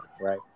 right